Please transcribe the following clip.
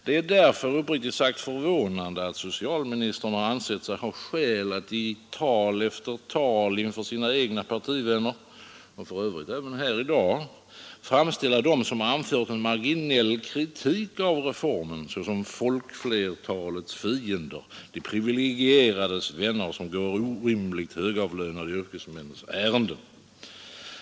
Det är därför uppriktigt sagt förvånande att socialministern ansett sig ha skäl att i tal efter tal inför sina egna partivänner — och för övrigt även här i dag — framställa dem som anfört en marginell kritik av reformen som folkflertalets fiender, de privilegierades vänner, som går orimligt högavlönade yrkesmäns ärenden.